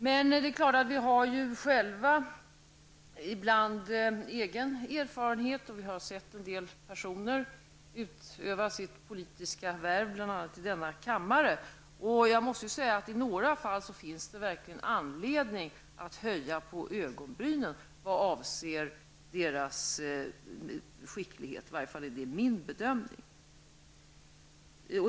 Men vi har ju själva ibland egen erfarenhet, och vi har sett en del personer utöva sitt politiska värv, bl.a. i denna kammare, och jag måste säga att det i några fall verkligen finns anledning att höja på ögonbrynen, i varje fall enligt min bedömning, vad avser deras skicklighet.